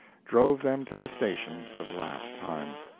drove them to the station for the last time.